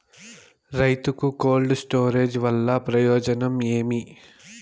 రైతుకు cold storage వల్ల ప్రయోజనం ఏమి?